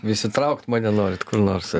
visi įtraukt mane norit kur nors